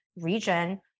region